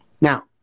now